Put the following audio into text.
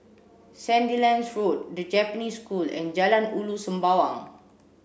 Sandilands Road The Japanese School and Jalan Ulu Sembawang